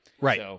Right